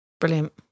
Brilliant